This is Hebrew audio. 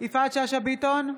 יפעת שאשא ביטון,